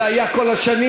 זה היה כל השנים.